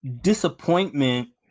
disappointment